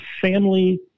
family